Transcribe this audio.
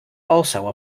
also